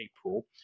April